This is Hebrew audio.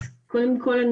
אז קודם כל,